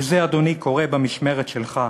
וזה, אדוני, קורה במשמרת שלך.